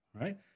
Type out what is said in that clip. right